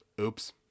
Oops